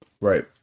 right